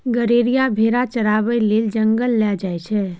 गरेरिया भेरा चराबै लेल जंगल लए जाइ छै